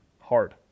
hard